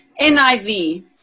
NIV